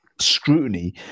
scrutiny